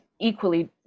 equally